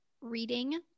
reading